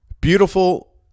Beautiful